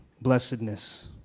blessedness